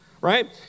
Right